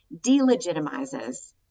delegitimizes